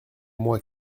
moi